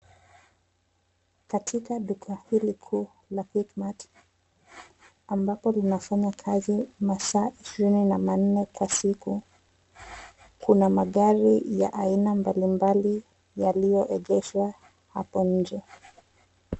Katika duka hili kuu la Quick mart ambalo kinafanya kazi masaa ishirini na manne kwa simu kuna magari ya aina mbalimbali yaliyoegeshwa hapo nje.